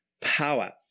power